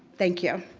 thank you.